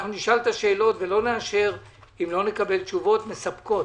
אנחנו נשאל את השאלות ולא נאשר אם לא נקבל תשובות מספקות